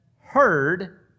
heard